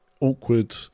awkward